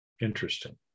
interesting